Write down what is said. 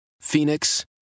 Phoenix